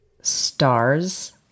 stars